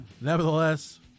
Nevertheless